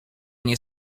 nie